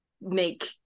make